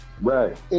right